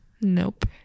Nope